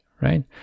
right